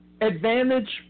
Advantage